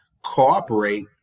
cooperate